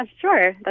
sure